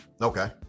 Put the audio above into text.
Okay